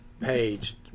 page